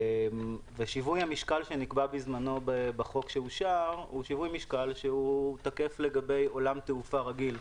שיווי המשקל שנקבע בזמנו בחוק שאושר תקף לגבי עולם תעופה רגיל,